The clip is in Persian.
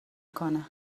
کنه